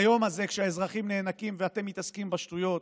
ביום הזה, כשהאזרחים נאנקים ואתם מתעסקים בשטויות: